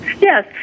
Yes